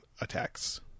attacks